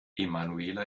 emanuela